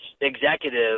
executive